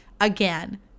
again